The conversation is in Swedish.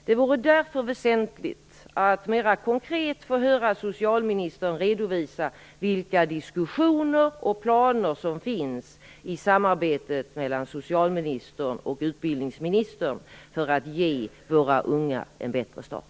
Det vore därför väsentligt att få höra socialministern mera konkret redovisa vilka diskussioner som förs och vilka planer som finns i samarbetet mellan socialministern och utbildningsministern för att ge våra unga en bättre start.